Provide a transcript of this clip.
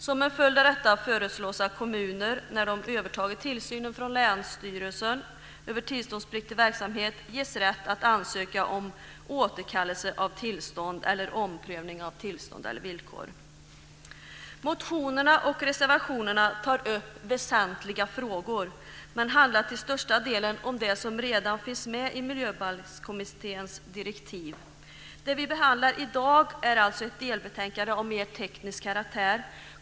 Som en följd av detta föreslås att kommuner, när de övertagit tillsynen från länsstyrelsen över tillståndspliktig verksamhet, ges rätt att ansöka om återkallelse av tillstånd eller omprövning av tillstånd eller villkor. Motionerna och reservationerna tar upp väsentliga frågor men handlar till största delen om det som redan finns med i Miljöbalkskommitténs direktiv. Det vi behandlar i dag är alltså ett delbetänkande av mer teknisk karaktär.